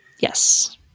Yes